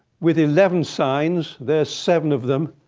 with eleven signs. there's seven of them.